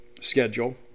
schedule